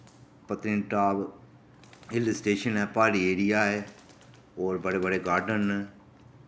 Patnitop hill station ऐ प्हाड़ी area ऐ होर बड़े बड़े गार्डन न